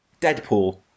deadpool